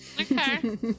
okay